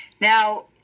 Now